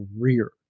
career